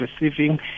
receiving